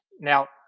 Now